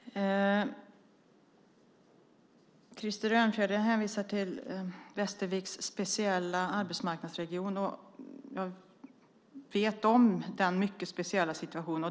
Herr talman! Krister Örnfjäder hänvisar till Västerviks speciella arbetsmarknadsregion. Jag vet om den mycket speciella situationen.